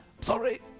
Sorry